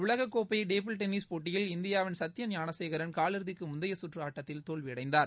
உலகக் கோப்பை table tennis போட்டியில் இந்தியாவின் சத்தியன் ஞானசேகரன் காலிறுதிக்கு முந்தைய சுற்று ஆட்டத்தில் தோல்வியடைந்தார்